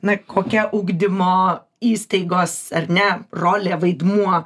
na kokia ugdymo įstaigos ar ne rolė vaidmuo